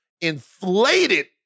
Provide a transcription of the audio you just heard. inflated